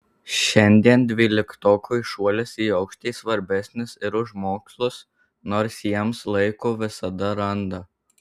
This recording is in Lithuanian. šiandien dvyliktokui šuolis į aukštį svarbesnis ir už mokslus nors jiems laiko visada randa